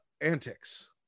antics